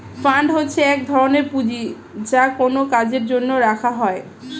fund হচ্ছে এক ধরনের পুঁজি যা কোনো কাজের জন্য রাখা হয়